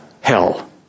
hell